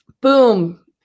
Boom